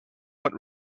what